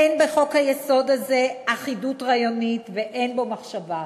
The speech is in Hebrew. אין בחוק-היסוד הזה אחידות רעיונית ואין בו מחשבה.